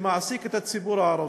שמעסיק את הציבור הערבי.